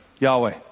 Yahweh